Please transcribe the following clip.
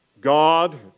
God